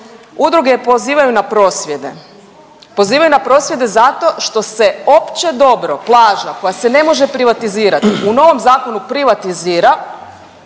udruge pozivaju na prosvjede. Pozivaju na prosvjede zato što se opće dobro plaža, koja se ne može privatizirati u novom zakonu privatizira,